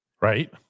Right